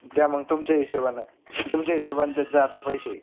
द्या मग तुमच्या हिशेबानं तुमच्या हिशेबानं देत जा आता पैसे